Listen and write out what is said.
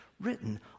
written